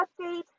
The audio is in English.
update